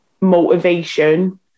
motivation